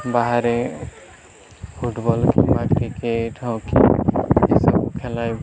ବାହାରେ ଫୁଟବଲ୍ କିମ୍ବା cricket hockey ଏସବୁ ଖେଳାଇ